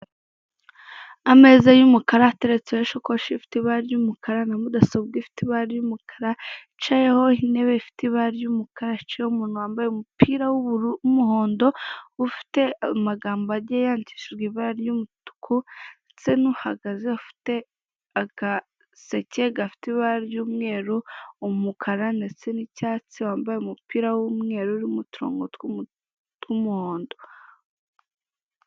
Ameza y'umukara ateretseho ishikoshi ifitete ibara ry'umukara na mudasobwa ifite ibara ry'umukara hicayeho intebe ifite ibara ry'umukara, hicayeho umuntu wambaye umupira w'ubururu w'umuhondo ufite amagambo agiye yandishijwe ibara ry'umutuku ndetse n'uhagaze ufite agaseke gafite ibara ry'umweru, umukara ndetse n'icyatsi wambaye umupira w'umweru urimo uturongo tw'umuhondo.